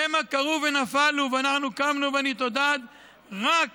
"המה כרעו ונפלו ואנחנו קמנו ונתעודד" רק